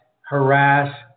harass